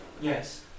Yes